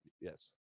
Yes